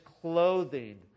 clothing